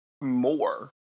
more